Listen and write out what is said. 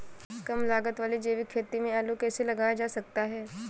कम लागत वाली जैविक खेती में आलू कैसे लगाया जा सकता है?